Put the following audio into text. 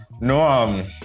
no